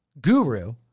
Guru